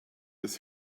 his